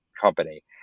company